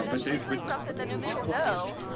but so usually something that people know.